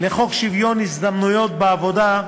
לחוק שוויון ההזדמנויות בעבודה,